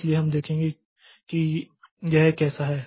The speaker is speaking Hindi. इसलिए हम देखेंगे कि यह कैसा है